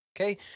Okay